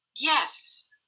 Yes